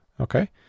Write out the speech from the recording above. Okay